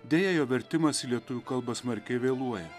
deja jo vertimas į lietuvių kalbą smarkiai vėluoja